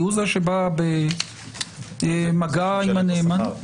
הוא זה שבא במגע עם הנאמן.